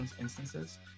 instances